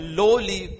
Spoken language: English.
lowly